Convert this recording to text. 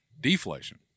deflation